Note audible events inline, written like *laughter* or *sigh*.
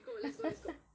*laughs*